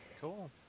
Cool